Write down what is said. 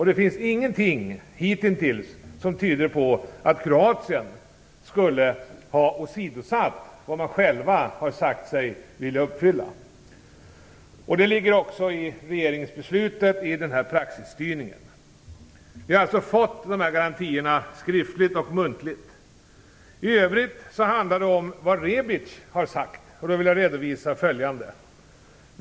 Det finns hittills ingenting som tyder på att Kroatien skulle ha åsidosatt det man själv har sagt sig vilja uppfylla. Det ligger också i regeringsbeslutet om praxisstyrningen. Vi har alltså fått skriftliga och muntliga garantier. I övrigt handlar det om vad Rebic har sagt. Jag vill då redovisa följande.